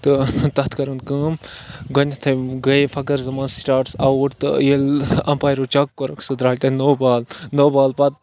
تہٕ تَتھ کٔرٕن کٲم گۄڈٕنٮ۪تھٕے گٔے فَخر زَمان سِٹاٹَس آوُٹ تہٕ ییٚلہِ اَپارِ ہُہ چَک کوٚرُکھ سُہ درٛاے تَتہِ نو بال نو بال پَتہٕ